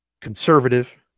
conservative